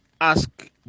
ask